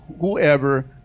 whoever